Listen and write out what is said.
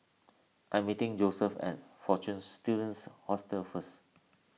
I am meeting Joeseph at fortune Students Hostel first